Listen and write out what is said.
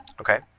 Okay